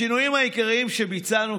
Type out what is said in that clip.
השינויים העיקריים שביצענו,